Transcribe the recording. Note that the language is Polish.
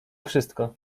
wszystko